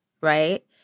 right